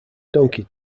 donkey